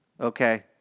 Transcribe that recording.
okay